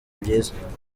byiza